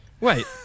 Wait